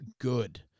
good